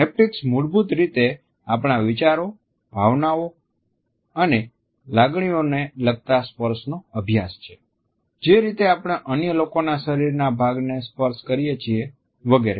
haptics મૂળભૂત રીતે આપણા વિચારો ભાવનાઓ અને લાગણીઓને લગતા સ્પર્શનો અભ્યાસ છે જે રીતે આપણે અન્ય લોકોના શરીરના ભાગને સ્પર્શ કરીએ છીએ વગેરે